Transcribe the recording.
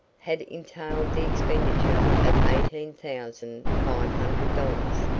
had entailed the expenditure of eighteen thousand five hundred dollars,